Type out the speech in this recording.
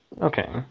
Okay